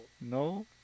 No